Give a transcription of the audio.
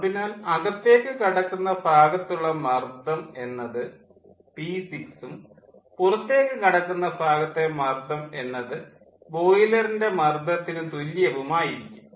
അതിനാൽ അകത്തേക്ക് കടക്കുന്ന ഭാഗത്തുള്ള മർദ്ദം എന്നത് പി6 ഉം പുറത്തേക്ക് കടക്കുന്ന ഭാഗത്തെ മർദ്ദം എന്നത് ബോയിലറിൻ്റെ മർദ്ദത്തിന് തുല്യവും ആയിരിക്കും